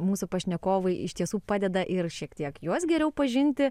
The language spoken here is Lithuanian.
mūsų pašnekovai iš tiesų padeda ir šiek tiek juos geriau pažinti